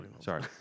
sorry